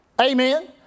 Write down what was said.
Amen